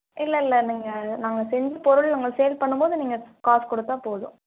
இல்லை இல்லை நீங்கள் நாங்கள் செஞ்சு பொருள் உங்களுக்கு சேல் பண்ணும்போது நீங்கள் காசு கொடுத்தா போதும்